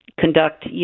conduct